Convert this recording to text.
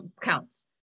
counts